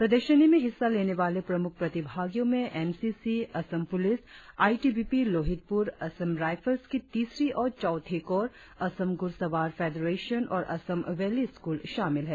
प्रदर्शनी में हिस्सा लेने वाले प्रमुख प्रतिभागियों में NCC Assam police ITBP Lohitpur Assam rifles की तीसरी और चौथी कोर असम घुड़सवार फेडरेशन और असम वैली स्कूल शामिल हैं